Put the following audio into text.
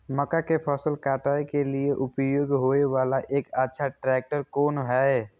मक्का के फसल काटय के लिए उपयोग होय वाला एक अच्छा ट्रैक्टर कोन हय?